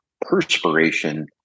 perspiration